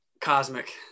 Cosmic